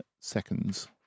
seconds